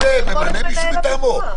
זה יכול להיות מנהל --- הוא ממנה מישהו מטעמו.